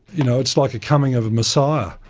you know it's like a coming of a messiah.